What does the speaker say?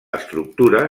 estructura